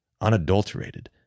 unadulterated